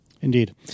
indeed